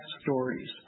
stories